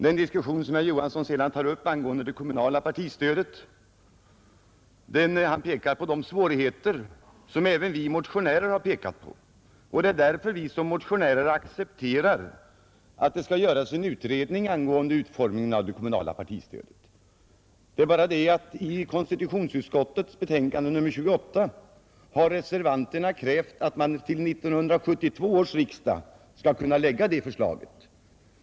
Herr Johansson tar sedan upp en diskussion angående det kommunala partistödet, där han pekar på de svårigheter som även vi motionärer har pekat på. Det är därför vi accepterar att det skall göras en utredning angående utformningen av det kommunala partistödet. Det är bara det att i konstitutionsutskottets betänkande nr 28 har reservanterna krävt att man till 1972 års riksdag skall kunna lägga det förslaget.